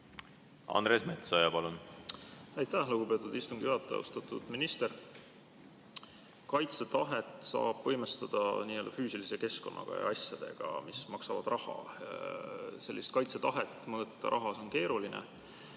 Andres Metsoja, palun! Aitäh, lugupeetud istungi juhataja! Austatud minister! Kaitsetahet saab võimestada n‑ö füüsilise keskkonnaga ja asjadega, mis maksavad raha. Sellist kaitsetahet rahas mõõta on keeruline.